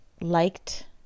liked